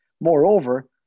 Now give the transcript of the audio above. Moreover